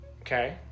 okay